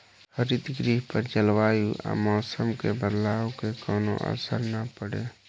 हरितगृह पर जलवायु आ मौसम के बदलाव के कवनो असर ना पड़े